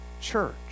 church